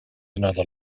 another